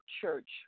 church